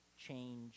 change